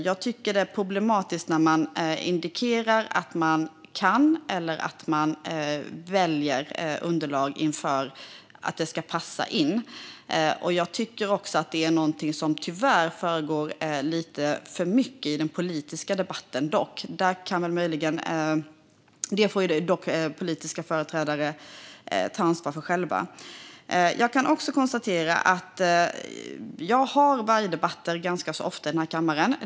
Jag tycker att det är problematiskt när man indikerar att man kan välja underlag utifrån att det ska passa in. Detta är tyvärr något som förekommer lite för mycket i den politiska debatten, men det får politiska företrädare ta ansvar för själva. Jag kan konstatera att jag har vargdebatter ganska ofta i denna kammare.